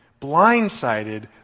blindsided